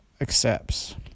accepts